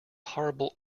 horrible